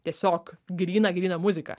tiesiog gryną gryną muziką